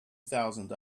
thousand